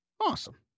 Awesome